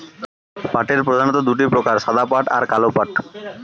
পাটের প্রধানত দুটি প্রকার সাদা পাট আর কালো পাট